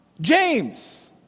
James